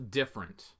different